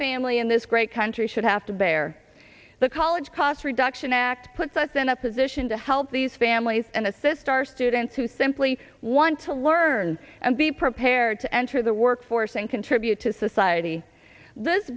family in this great country should have to bear the college cost reduction act puts us in a position to help these families and assist our students who simply want to learn and be prepared to enter the workforce and contribute to society this